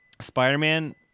spider-man